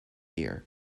year